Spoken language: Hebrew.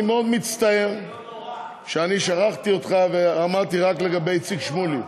אני מאוד מצטער ששכחתי אותך ואמרתי רק לגבי איציק שמולי.